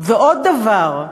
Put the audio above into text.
ועוד דבר,